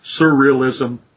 surrealism